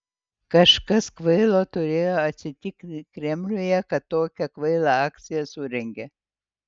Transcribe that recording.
kažkas kvailo turėjo atsitiki kremliuje kad tokią kvailą akciją surengė